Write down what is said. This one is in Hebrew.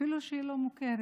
אפילו שהיא לא מוכרת.